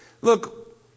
Look